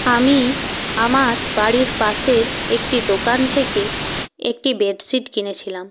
আমি আমার বাড়ির পাশের একটি দোকান থেকে একটি বেডশিট কিনেছিলাম